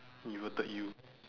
inverted U